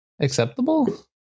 Acceptable